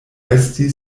resti